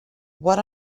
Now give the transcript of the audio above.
what